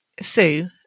Sue